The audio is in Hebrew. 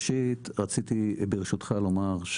רציתי ברשותך לומר,